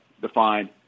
defined